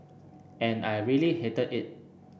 and I really hated it